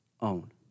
own